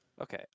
Okay